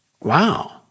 wow